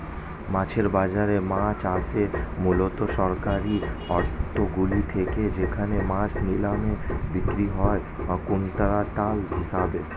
মাছের বাজারে মাছ আসে মূলত সরকারি আড়তগুলি থেকে যেখানে মাছ নিলামে বিক্রি হয় কুইন্টাল হিসেবে